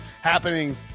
happening